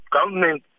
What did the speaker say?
government